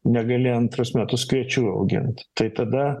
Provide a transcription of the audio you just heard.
negali antrus metus kviečių augint tai tada